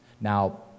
Now